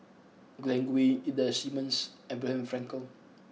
Glen Goei Ida Simmons Abraham Frankel